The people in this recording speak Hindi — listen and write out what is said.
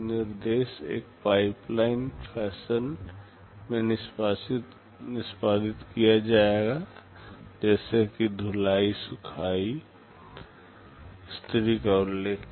निर्देश एक पाइपलाइन फैशन में निष्पादित किया जाएगा जैसे कि धुलाई सुखाने इस्त्री का उल्लेख किया